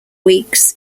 weeks